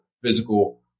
physical